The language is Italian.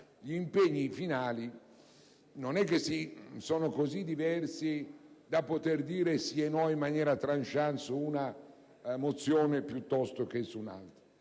gli impegni finali non sono così diversi da poter dire sì e no in maniera *tranchant* su una mozione piuttosto che su un'altra.